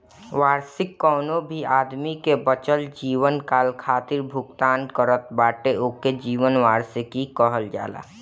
वार्षिकी कवनो भी आदमी के बचल जीवनकाल खातिर भुगतान करत बाटे ओके जीवन वार्षिकी कहल जाला